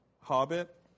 Hobbit